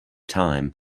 time